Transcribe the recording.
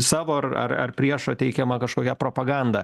savo ar ar priešo teikiama kažkokia propaganda